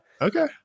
Okay